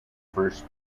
first